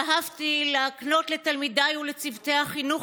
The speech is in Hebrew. שאפתי להקנות לתלמידיי ולצוותי החינוך